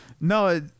No